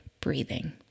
breathing